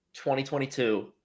2022